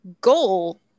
goal